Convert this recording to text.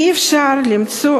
אי-אפשר למצוא